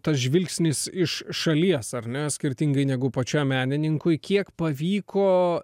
tas žvilgsnis iš šalies ar ne skirtingai negu pačiam menininkui kiek pavyko